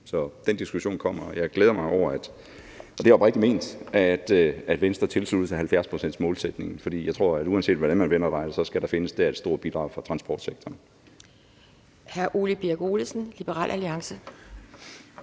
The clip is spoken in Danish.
Så den diskussion kommer, og jeg glæder mig over – og det er oprigtigt ment – at Venstre tilslutter sig 70-procentsmålsætningen, for jeg tror, at uanset hvordan man vender og drejer det, så skal der til det findes et stort bidrag fra transportsektoren.